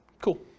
Cool